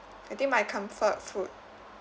I think my comfort food